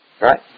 right